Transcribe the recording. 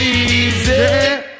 easy